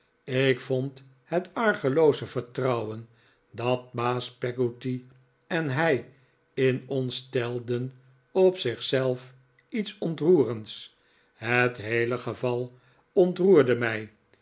ik vond het argelooze vertrouwen dat baas peggotty en hij in ons stelden op zich zelf iets ontroerends het heele geval ontroerde mij